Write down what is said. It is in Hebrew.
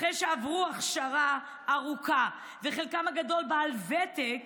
אחרי שעברו הכשרה ארוכה, וחלקם הגדול בעל ותק